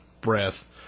breath